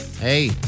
Hey